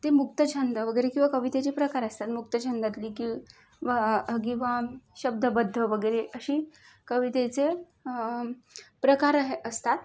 ते मुक्तछंद वगैरे किंवा कवितेचे प्रकार असतात मुक्तछंदातली कि वा किंवा शब्दबद्ध वगैरे अशी कवितेचे प्रकार हे असतात